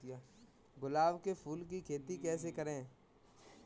गुलाब के फूल की खेती कैसे करें?